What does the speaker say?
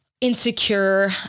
insecure